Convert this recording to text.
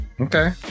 Okay